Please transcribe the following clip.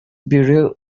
bureau